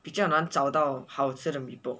比较难找到好吃的 mee pok